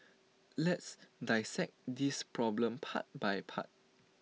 let's dissect this problem part by part